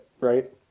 right